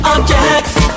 Objects